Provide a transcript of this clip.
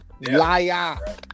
Liar